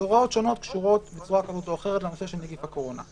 הוראות שונות קשורות בצורה כזאת או אחרת לנושא של נגיף הקורונה.